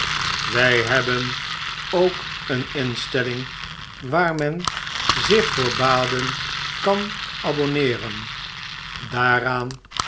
wy hebben ook een instelling waar men zich voor baden kan abonneeren daaraan